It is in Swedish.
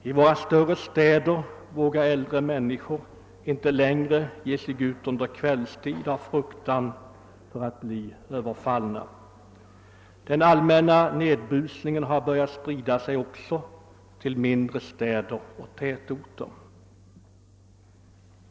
I våra städer vågar äldre människor inte längre ge sig ut under kvällstid av fruktan för att bli överfallna. Den allmänna nedbusningen har börjat sprida sig också till mindre städer och tätorter.